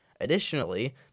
Additionally